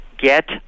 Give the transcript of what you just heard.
Get